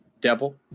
devil